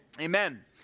Amen